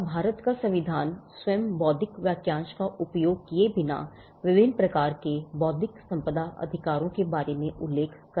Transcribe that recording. और भारत का संविधान स्वयं बौद्धिक वाक्यांश का उपयोग किए बिना विभिन्न प्रकार के बौद्धिक संपदा अधिकारों के बारे में उल्लेख करता है